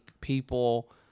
people